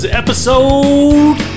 episode